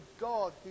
God